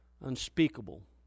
unspeakable